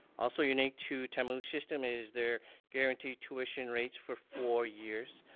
also unique to tamu's system is their guaranteed tuition rates for four years,